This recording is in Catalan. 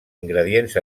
ingredients